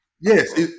Yes